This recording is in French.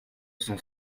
cent